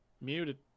muted